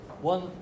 One